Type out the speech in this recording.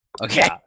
Okay